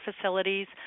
facilities